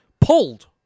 pulled